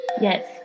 Yes